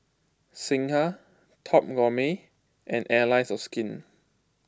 Singha Top Gourmet and Allies of Skin